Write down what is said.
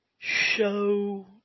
show